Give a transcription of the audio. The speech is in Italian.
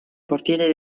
portiere